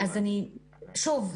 שוב,